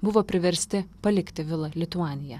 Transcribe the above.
buvo priversti palikti vila lituanija